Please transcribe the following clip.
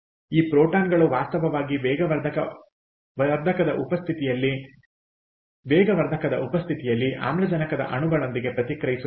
ಆದ್ದರಿಂದ ಈ ಪ್ರೋಟಾನ್ಗಳು ವಾಸ್ತವವಾಗಿ ವೇಗವರ್ಧಕದ ಉಪಸ್ಥಿತಿಯಲ್ಲಿ ಆಮ್ಲಜನಕದ ಅಣುಗಳೊಂದಿಗೆ ಪ್ರತಿಕ್ರಿಯಿಸುತ್ತವೆ